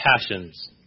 passions